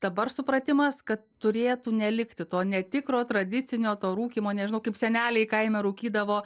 dabar supratimas kad turėtų nelikti to netikro tradicinio to rūkymo nežinau kaip seneliai kaime rūkydavo